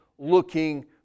looking